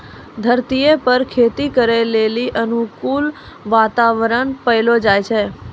धरतीये पर खेती करै लेली अनुकूल वातावरण पैलो जाय छै